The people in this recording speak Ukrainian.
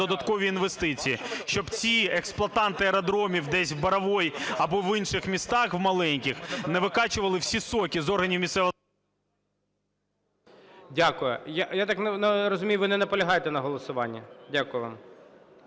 Дякую. Я так розумію, ви не наполягаєте на голосуванні? Дякую вам.